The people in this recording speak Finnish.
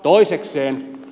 toisekseen